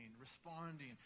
responding